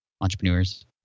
entrepreneurs